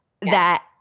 that-